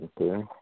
okay